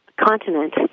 continent